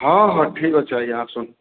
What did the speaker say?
ହଁ ହଁ ଠିକ୍ ଅଛି ଆଜ୍ଞା ଆସୁନ୍